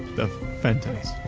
the fentence.